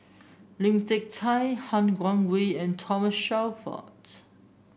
Lim Hak Tai Han Guangwei and Thomas Shelford